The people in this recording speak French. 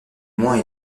moins